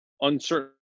uncertain